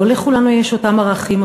לא לכולנו יש אותם ערכים,